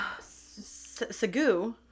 Segu